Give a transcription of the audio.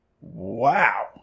Wow